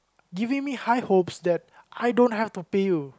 giving me high hopes that I don't have to pay you